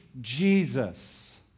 Jesus